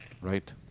right